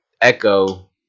Echo